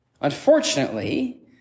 Unfortunately